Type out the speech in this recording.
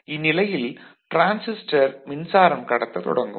இந்நிலையில் டிரான்சிஸ்டர் மின்சாரம் கடத்த தொடங்கும்